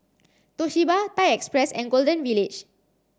Toshiba Thai Express and Golden Village